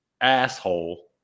asshole